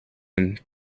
and